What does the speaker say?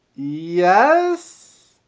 yes,